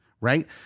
right